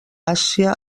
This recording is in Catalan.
àsia